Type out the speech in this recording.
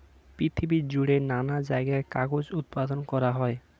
পৃথিবী জুড়ে নানা জায়গায় কাগজ উৎপাদন করা হয়